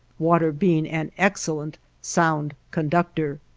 water being an excellent sound conductor.